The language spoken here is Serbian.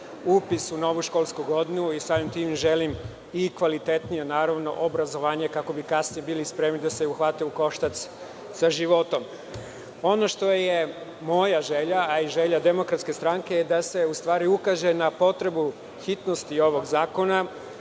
upis u novu školsku godinu i samim tim im želim kvalitetnije obrazovanje kako bi kasnije bili spremni da se uhvate u koštac sa životom. Ono što je moja želja, a i želja DS, je da se ukaže na potrebu hitnosti ovog zakona.